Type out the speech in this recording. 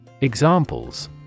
Examples